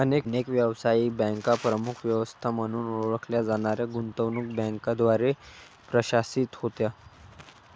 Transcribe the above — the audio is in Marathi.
अनेक व्यावसायिक बँका प्रमुख व्यवस्था म्हणून ओळखल्या जाणाऱ्या गुंतवणूक बँकांद्वारे प्रशासित होत्या